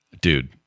dude